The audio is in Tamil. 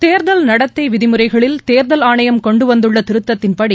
தேர்தல் நடத்தைவிதிமுறைகளில் தேர்தல் ஆணையம் கொண்டுவந்துள்ளதிருத்தத்தின்படி